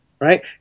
right